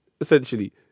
essentially